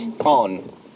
on